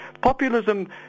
populism